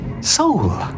soul